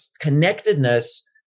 connectedness